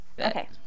Okay